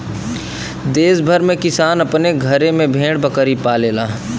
देस भर में किसान अपने घरे में भेड़ बकरी पालला